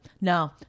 no